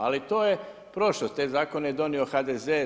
Ali to je prošlost, te zakone je donio HDZ.